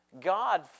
God